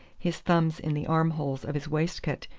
his thumbs in the armholes of his waistcoat,